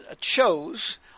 chose